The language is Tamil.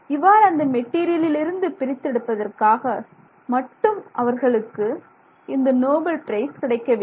இவ்வாறு அந்த மெட்டீரியலிலிருந்து பிரித்து எடுப்பதற்காக மட்டும் அவர்களுக்கு இந்த நோபல் பிரைஸ் கிடைக்கவில்லை